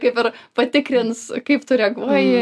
kaip ir patikrins kaip tu reaguoji